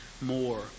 more